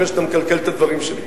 לפני שאתה מקלקל את הדברים שלי.